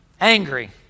angry